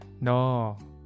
No